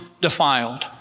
defiled